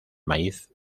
maíz